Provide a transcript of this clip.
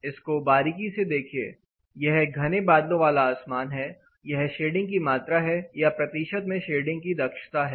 इसको बारीकी से देखिए यह घने बादलों वाला आसमान है यह शेडिंग की मात्रा है या प्रतिशत में शेडिंग की दक्षता है